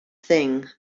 thing